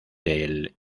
del